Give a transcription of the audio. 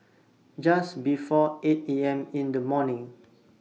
Just before eight A M in The morning